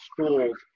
schools